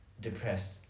depressed